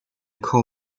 coal